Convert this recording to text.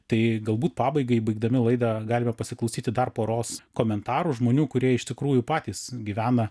tai galbūt pabaigai baigdami laidą galime pasiklausyti dar poros komentarų žmonių kurie iš tikrųjų patys gyvena